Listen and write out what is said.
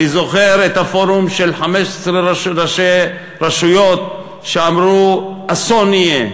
אני זוכר את הפורום של 15 ראשי רשויות שאמרו: אסון יהיה,